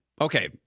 Okay